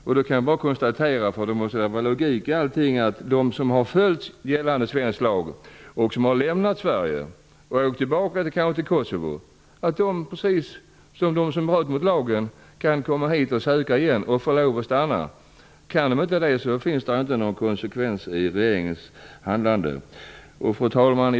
Jag kan bara konstatera -- det måste ju vara logik i allting -- att de som har följt gällande svensk lag, lämnat Sverige och kanske åkt tillbaka till Kosovo kan komma hit och söka igen, precis som de som bröt mot lagen, och få lov att stanna. Om de inte kan det finns det ingen konsekvens i regeringens handlande. Fru talman!